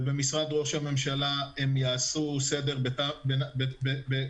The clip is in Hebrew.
ובמשרד ראש הממשלה יעשו סדר בתוכם.